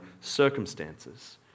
circumstances